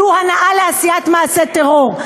זו הנעה לעשיית מעשה טרור.